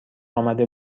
آمده